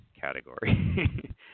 category